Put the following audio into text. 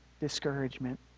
discouragement